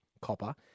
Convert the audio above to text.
copper